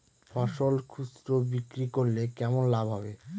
ফসল খুচরো বিক্রি করলে কেমন লাভ হবে?